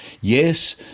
Yes